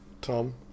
Tom